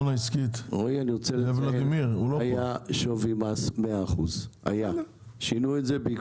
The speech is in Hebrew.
רועי, היה שווי מס של 100% ושינו את זה.